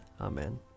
Amen